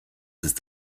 ist